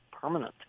permanent